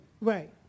Right